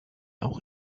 auch